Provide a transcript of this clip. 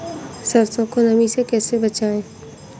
सरसो को नमी से कैसे बचाएं?